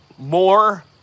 More